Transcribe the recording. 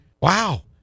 Wow